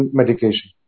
medication